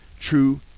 True